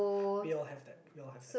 we all have that we all have that